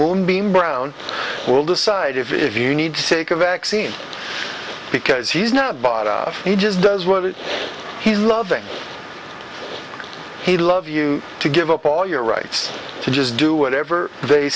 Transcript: moonbeam brown will decide if you need to take a vaccine because he's not bought off he just does what he's loving he'd love you to give up all your rights to just do whatever they